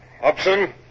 Hobson